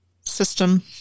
system